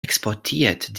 exportiert